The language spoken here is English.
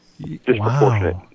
disproportionate